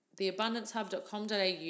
theabundancehub.com.au